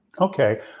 Okay